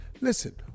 Listen